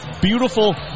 beautiful